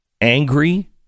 angry